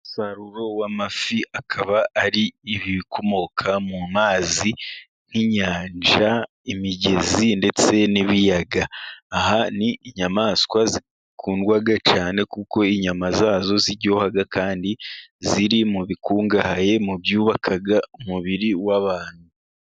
Umusaruro w'amafi, akaba ari ibikomoka mu mazi nk'inyanja, imigezi ndetse n'ibiyaga. Aha ni inyamaswa zikundwa cyane, kuko inyama zazo ziryoha, kandi ziri mu bikungahaye mu byubaka umubiri w'abantu.